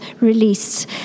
released